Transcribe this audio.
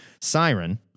Siren